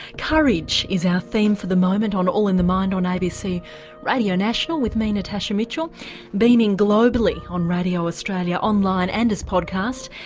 courage is our theme for the moment on all in the mind on abc radio national with me natasha mitchell beaming globally on radio australia, online and as podcast.